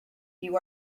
you